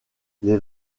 les